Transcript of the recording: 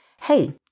hey